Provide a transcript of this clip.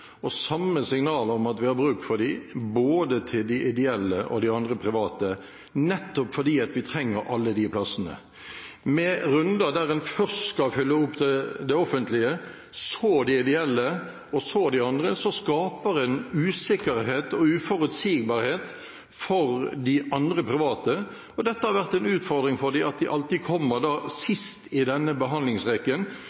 gi samme forutsigbarhet og samme signaler om at vi har bruk for dem, både til de ideelle og til de andre private, nettopp fordi vi trenger alle disse plassene. Med runder der en først skal fylle opp de offentlige, så de ideelle, og så de andre plassene, skaper en usikkerhet og uforutsigbarhet for de andre private. Det har vært en utfordring for dem at de alltid kommer